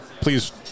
please